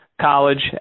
College